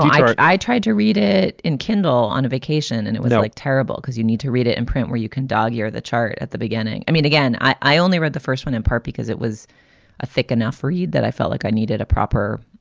i i tried to read it in kindle on a vacation and it was like terrible because you need to read it in print where you can dallier the chart at the beginning. i mean again i only read the first one in part because it was a thick enough read that i felt like i needed a proper,